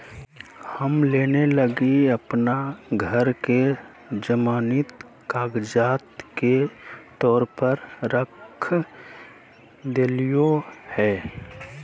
हम लोन लगी अप्पन घर के जमानती कागजात के तौर पर रख देलिओ हें